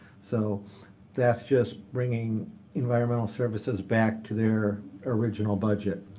so that's just bringing environmental services back to their original budget.